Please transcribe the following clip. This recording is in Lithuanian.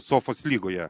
sofos lygoje